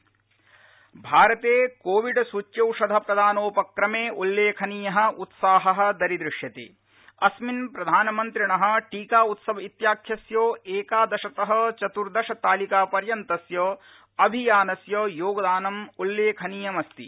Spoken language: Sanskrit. कोविड अद्यतनम् भारत क्रोविड सूच्यौषध प्रदानोपक्रम इल्लखिमीय उत्साह दरीदृयश्यत अस्मिन् प्रधानमन्त्रिण टीका उत्सव इत्याख्यस्य एकादशत चतुर्दशतालिकापर्यन्तस्य अभियानस्य योगदानम् उल्लख्मीयमस्ति